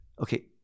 okay